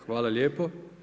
Hvala lijepo.